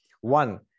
One